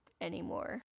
anymore